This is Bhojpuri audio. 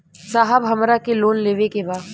साहब हमरा के लोन लेवे के बा